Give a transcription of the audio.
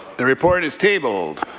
the report is tabled.